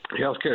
healthcare